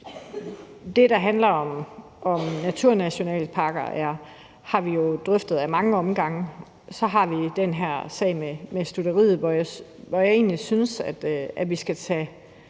Det, der handler om naturnationalparkerne, har vi jo drøftet ad mange omgange, og så har vi den her sag med stutteriet, og jeg synes egentlig, at vi skal tage